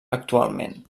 actualment